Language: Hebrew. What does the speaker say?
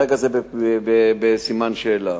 כרגע זה בסימן שאלה.